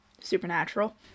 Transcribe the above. supernatural